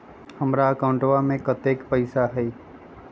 हमार अकाउंटवा में कतेइक पैसा हई?